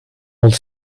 old